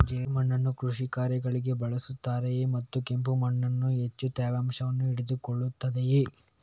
ಜೇಡಿಮಣ್ಣನ್ನು ಕೃಷಿ ಕಾರ್ಯಗಳಿಗೆ ಬಳಸುತ್ತಾರೆಯೇ ಮತ್ತು ಕೆಂಪು ಮಣ್ಣು ಹೆಚ್ಚು ತೇವಾಂಶವನ್ನು ಹಿಡಿದಿಟ್ಟುಕೊಳ್ಳುತ್ತದೆಯೇ?